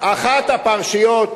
אחת הפרשיות,